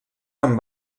amb